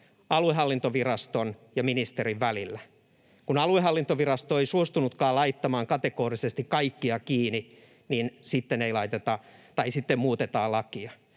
aluehallintoviraston ja ministerin välillä: kun aluehallintovirasto ei suostunutkaan laittamaan kategorisesti kaikkia kiinni, niin sitten muutetaan lakia.